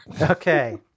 Okay